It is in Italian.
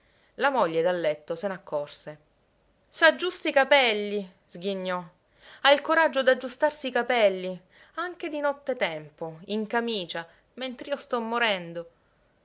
la moglie dal letto se n'accorse s'aggiusta i capelli sghignò ha il coraggio d'aggiustarsi i capelli anche di notte tempo in camicia mentr'io sto morendo